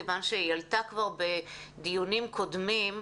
כיוון שהיא עלתה כבר בדיונים קודמים,